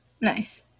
Nice